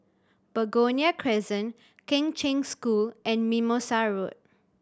Begonia Crescent Kheng Cheng School and Mimosa Road